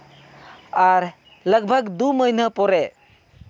ᱟᱨ ᱞᱟᱜᱽ ᱵᱷᱟᱜᱽ ᱫᱩ ᱢᱟᱹᱦᱱᱟᱹ ᱯᱚᱨᱮ